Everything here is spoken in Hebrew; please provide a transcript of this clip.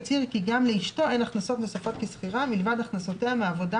יצהיר כי גם לאשתו אין הכנסות נוספות כשכירה מלבד הכנסותיה מעבודה